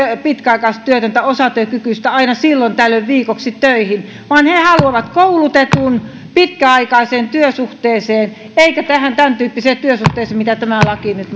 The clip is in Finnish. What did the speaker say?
pitkäaikaistyötöntä osatyökykyistä aina silloin tällöin viikoksi töihin vaan he haluavat koulutetun pitkäaikaiseen työsuhteeseen eikä tämäntyyppiseen työsuhteeseen mitä tämä laki nyt